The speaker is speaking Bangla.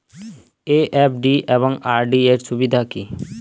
এফ.ডি এবং আর.ডি এর সুবিধা কী?